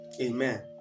amen